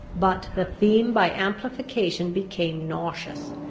but the theme by amplification became nauseous,